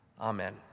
Amen